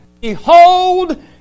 behold